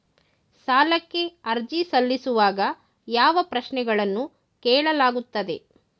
ಸಾಲಕ್ಕೆ ಅರ್ಜಿ ಸಲ್ಲಿಸುವಾಗ ಯಾವ ಪ್ರಶ್ನೆಗಳನ್ನು ಕೇಳಲಾಗುತ್ತದೆ?